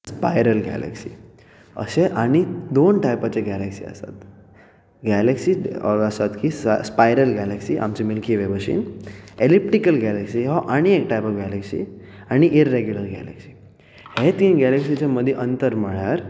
spiral galaxy अशें आनीक दोन टाइपाचे गैलक्सी आसात गैलक्सी ओर आसात की सा स्पाइरल गैलक्सी आमचें मिल्की वे भशीन एलिप्टीकल गैलक्सी हो आनीक एक टाइप ऑफ गैलक्सी आनी इरेग्यलर गैलक्सी हे तीन गैलक्सीच्या मदी अंतर म्हळ्यार